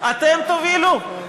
אתם תובילו,